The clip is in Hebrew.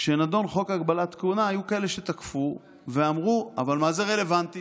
כשנדון חוק הגבלת כהונה היו כאלה שתקפו ואמרו: אבל מה זה רלוונטי,